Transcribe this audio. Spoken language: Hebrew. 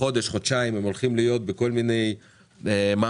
חודש חודשיים הם הולכים להיות בכל מיני מעברים